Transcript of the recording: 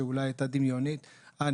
שאולי הייתה דמיונית אה,